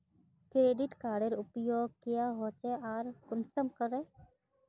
Credit कार्डेर उपयोग क्याँ होचे आर कुंसम करे?